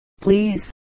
please